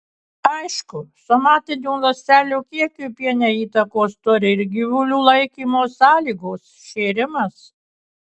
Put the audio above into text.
aišku somatinių ląstelių kiekiui piene įtakos turi ir gyvulių laikymo sąlygos šėrimas